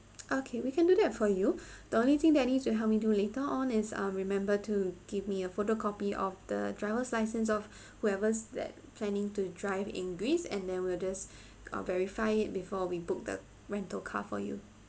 okay we can do that for you the only thing that need to help me do later on is um remember to give me a photocopy of the driver's license of whoever's that planning to drive in greece and then we'll just uh verify it before we book the rental car for you